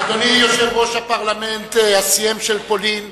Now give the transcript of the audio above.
אדוני יושב-ראש הפרלמנט, הסיים, של פולין,